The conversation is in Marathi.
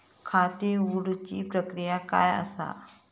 खाता उघडुची प्रक्रिया काय असा?